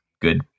good